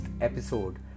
episode